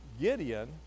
Gideon